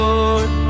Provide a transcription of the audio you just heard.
Lord